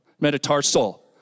metatarsal